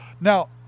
Now